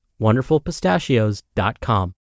WonderfulPistachios.com